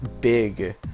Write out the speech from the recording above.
big